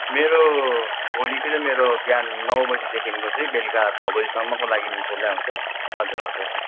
मेरो भोलिको चाहिँ मेरो बिहान नौ बजीदेखिको चाहिँ बेलुका छ बजीसम्मको लागि खुल्ला हुन्छ हजुर हजुर हस्